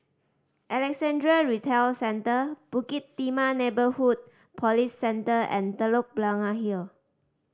Alexandra Retail Centre Bukit Timah Neighbourhood Police Centre and Telok Blangah Hill